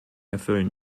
erfüllen